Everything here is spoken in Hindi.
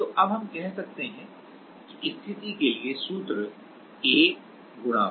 तो अब हम कह सकते हैं कि स्थिति के लिए सूत्र A Y L होगा